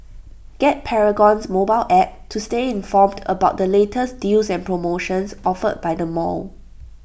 get Paragon's mobile app to stay informed about the latest deals and promotions offered by the mall